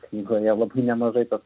knygoje labai nemažai tas